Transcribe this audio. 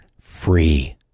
free